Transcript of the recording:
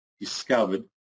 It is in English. discovered